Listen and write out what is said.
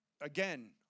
again